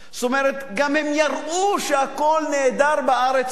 זאת אומרת, גם הם יראו שהכול נהדר בארץ הזאת: